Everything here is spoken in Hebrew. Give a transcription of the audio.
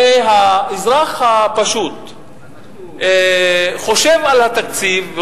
הרי האזרח הפשוט חושב על התקציב,